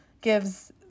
gives